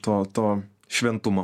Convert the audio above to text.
to to šventumo